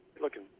Looking